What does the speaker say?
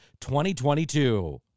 2022